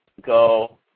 go